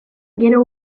gero